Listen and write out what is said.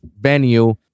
venue